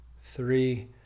three